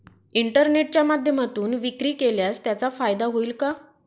इंटरनेटच्या माध्यमातून विक्री केल्यास त्याचा फायदा होईल का?